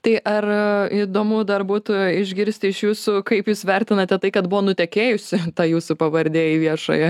tai ar įdomu dar būtų išgirsti iš jūsų kaip jūs vertinate tai kad buvo nutekėjusi ta jūsų pavardė į viešąją